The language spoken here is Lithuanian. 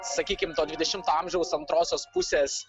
sakykim to dvidešimto amžiaus antrosios pusės